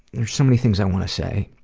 there's so many things i want to say.